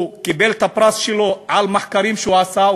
הוא קיבל את הפרס על מחקרים שהוא עשה,